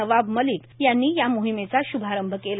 नवाब मलिक यांनी या मोहीमेचा श्रभारंभ केला